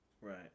Right